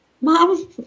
Mom